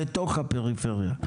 בתוך הפריפריה.